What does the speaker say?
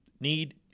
need